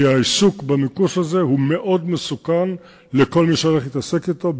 כי העיסוק במיקוש הזה הוא מאוד מסוכן לכל מי שהולך להתעסק אתו,